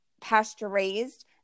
pasture-raised